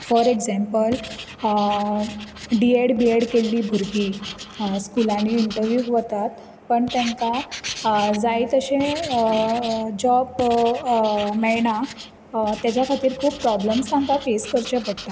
four example D Ed B Ed केल्ली भुरगीं स्कुलानीं इन्टर्व्यूक वतात पण तेंका जाय तशे जॉब मेळना तेज्या खातीर खूब प्राब्लम्स तेंका फेस करचे पडटा